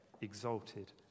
exalted